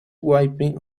wiping